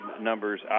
numbers